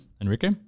Enrique